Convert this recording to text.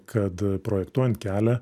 kad projektuojant kelią